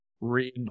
read